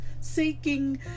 seeking